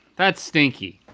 that's stinky.